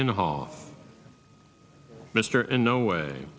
in the hall mr in no way